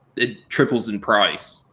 it triples in price.